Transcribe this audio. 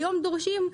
היום דורשים,